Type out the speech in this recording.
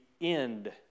end